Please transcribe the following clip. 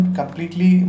completely